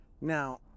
now